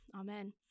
Amen